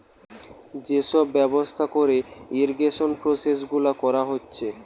যে সব ব্যবস্থা কোরে ইরিগেশন প্রসেস গুলা কোরা হচ্ছে